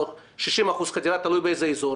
זה דווקא אוכלוסיות שחדירת השב"ן היא